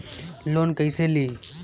Loan कईसे ली?